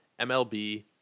MLB